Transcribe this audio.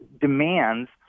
demands